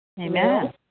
Amen